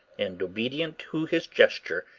and, obedient to his gesture,